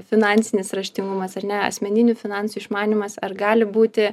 finansinis raštingumas ar ne asmeninių finansų išmanymas ar gali būti